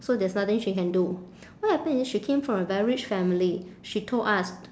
so there's nothing she can do what happen is she came from a very rich family she told us